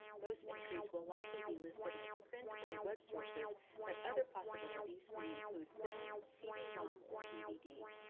most entries will likely be listed as print or web sources but other possibilities may include film, cd-rom, or dvd.